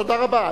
תודה רבה.